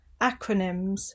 Acronyms